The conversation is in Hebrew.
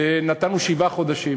נתנו שבעה חודשים,